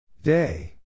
Day